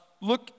look